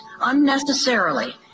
unnecessarily